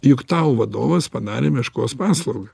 juk tau vadovas padarė meškos paslaugą